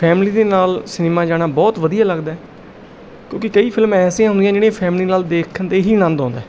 family ਦੇ ਨਾਲ cinema ਜਾਣਾ ਬਹੁਤ ਵਧੀਆ ਲੱਗਦਾ ਕਿਉਂਕਿ ਕਈ ਫ਼ਿਲਮਾਂ ਐਸੀਆਂ ਹੁੰਦੀਆਂ ਜਿਹੜੀਆਂ ਫੈਮਲੀ ਨਾਲ ਦੇਖਣ 'ਤੇ ਹੀ ਆਨੰਦ ਆਉਂਦਾ